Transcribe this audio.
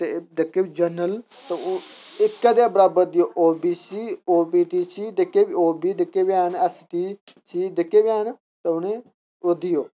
ते जेह्के जनरल ओह् इक्कै जेहा बराबर देओ O B C O B T C जेह्के बी हैन ऐस टी सी जेह्के बी ऐन उ'नें ई ओह् देओ